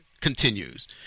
continues